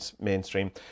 mainstream